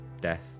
death